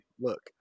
look